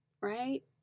right